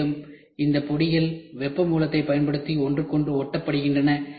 மேலும் இந்த பொடிகள் வெப்ப மூலத்தைப் பயன்படுத்தி ஒன்றுக்கொன்று ஒட்டப்படுகின்றன